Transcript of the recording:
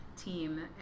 team